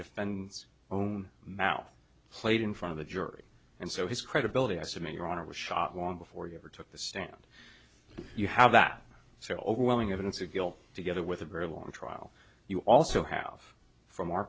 defendant's own mouth played in front of a jury and so his credibility as a man your honor was shot long before you ever took the stand you have that so overwhelming evidence of guilt together with a very long trial you also have from our